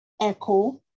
echo